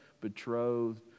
betrothed